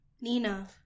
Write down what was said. Nina